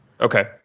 Okay